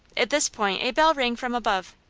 at this point a bell rang from above.